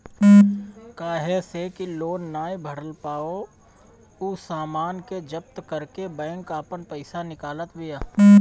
काहे से कि लोन नाइ भरला पअ उ सामान के जब्त करके बैंक आपन पईसा निकालत बिया